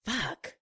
Fuck